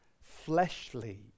fleshly